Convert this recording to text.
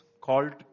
called